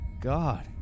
God